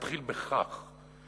מתחיל בכך.